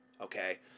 okay